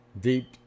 Deep